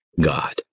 God